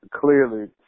clearly